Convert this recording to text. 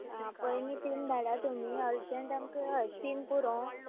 आं पयली तीन धाडात तुमी अर्जंट आमकां न्ही हय तीन पुरो